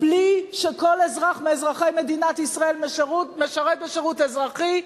בלי שכל אזרח מאזרחי מדינת ישראל משרת בשירות אזרחי,